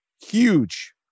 huge